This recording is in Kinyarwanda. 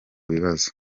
bibazo